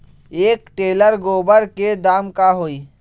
एक टेलर गोबर के दाम का होई?